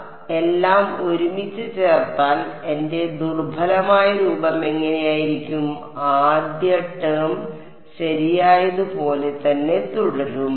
അതിനാൽ എല്ലാം ഒരുമിച്ച് ചേർത്താൽ എന്റെ ദുർബലമായ രൂപം എങ്ങനെയിരിക്കും ആദ്യ ടേം ശരിയായതുപോലെ തന്നെ തുടരും